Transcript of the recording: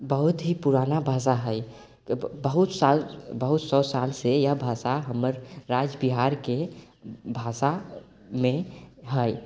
बहुत ही पुराना भाषा हइ बहुत साल बहुत सओ सालसँ यह भाषा हमर राज्य बिहारके भाषामे हइ